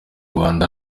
rwanda